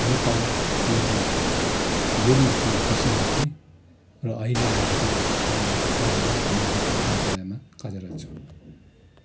नेपालमा एउटा बोर्डिङको स्कुलमा टिचिङ गर्थेँ र अहिले आएर चाहिँ यो दार्जिलिङ हिमालय दर्पण कार्यालयमा कार्यरत छु